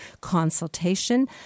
consultation